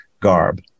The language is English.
garb